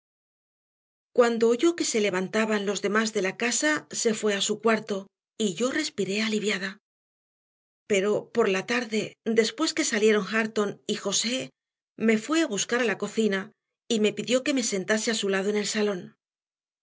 levantaban los demás de la casa se fue a su cuarto y yo respiré aliviada pero por la tarde después que salieron hareton y josé me fue a buscar a la cocina y me pidió que me sentase a su lado en el salón